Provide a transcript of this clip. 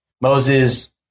Moses